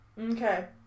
Okay